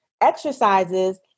exercises